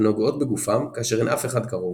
הנוגעות בגופם כאשר אין אף אחד קרוב.